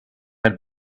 had